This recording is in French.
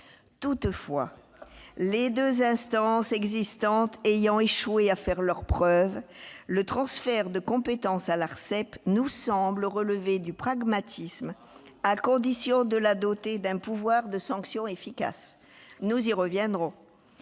Toutefois, les deux instances existantes ayant échoué à faire leurs preuves, le transfert de compétences à l'Arcep nous semble relever du pragmatisme, à condition de la doter d'un pouvoir de sanction efficace ; nous y reviendrons.